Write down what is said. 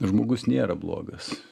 žmogus nėra blogas